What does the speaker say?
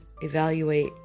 evaluate